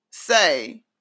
Say